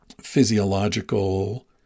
physiological